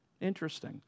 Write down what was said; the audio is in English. Interesting